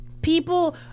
People